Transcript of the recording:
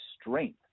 strength